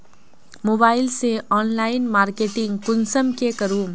Mobile से online marketing कुंसम के करूम?